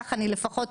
כך אני מקווה לפחות.